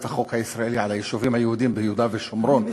החוק הישראלי על היישובים היהודיים ביהודה ושומרון,